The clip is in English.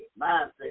Mindset